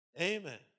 Amen